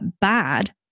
bad